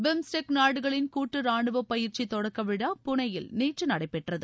BIMSTEC நாடுகளின் கூட்டு ராணுவ பயிற்சி தொடக்க விழா புனேயில் நேற்று நடைபெற்றது